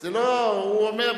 זה לא, הוא אומר.